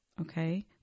okay